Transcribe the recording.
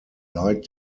light